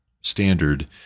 standard